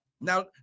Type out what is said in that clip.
Now